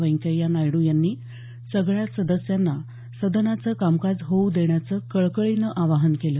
व्यंकय्या नायड्र यांनी सगळ्या सदस्यांना सदनाचं कामकाज होऊ देण्याचं कळकळीनं आवाहन केलं